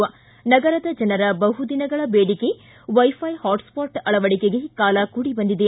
ನಗರದ ಜನರ ಬಹುದಿನಗಳ ಬೇಡಿಕೆ ವೈಫೈ ಹಾಟ್ ಸ್ವಾಟ್ ಅಳವಡಿಕೆಗೆ ಕಾಲ ಕೂಡಿಬಂದಿದೆ